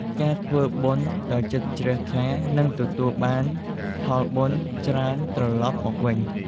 ការធ្វើបុណ្យដោយចិត្តជ្រះថ្លា នឹងទទួលបានផលបុណ្យច្រើនត្រឡប់មកវិញ។